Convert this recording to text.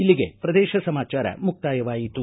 ಇಲ್ಲಿಗೆ ಪ್ರದೇಶ ಸಮಾಚಾರ ಮುಕ್ತಾಯವಾಯಿತು